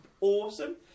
awesome